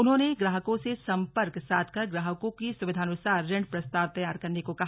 उन्होंने ग्राहकों से संपर्क साधकर ग्राहक की सुविधानुसार ऋण प्रस्ताव तैयार करने को कहा